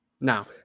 Now